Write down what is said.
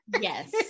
yes